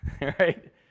right